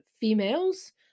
females